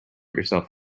yourself